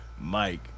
Mike